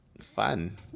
Fun